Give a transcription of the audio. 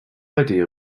idea